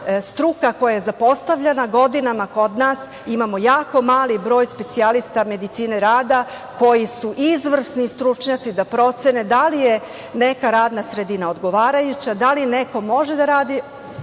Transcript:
struka koja je zapostavljena godinama kod nas, imamo jako mali broj specijalista medicine rada, koji su izvrsni stručnjaci da procene da li je neka radna sredina odgovarajuća, da li neko može da radi